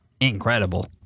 incredible